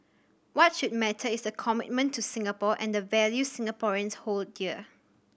what should matter is the commitment to Singapore and the values Singaporeans hold dear